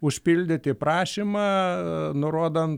užpildyti prašymą nurodant